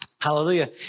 Hallelujah